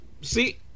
See